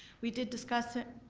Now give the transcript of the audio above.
we did discuss it,